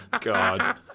God